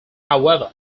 however